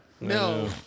No